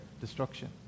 destruction